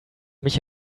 mich